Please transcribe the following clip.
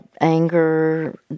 anger